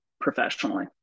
professionally